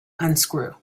unscrew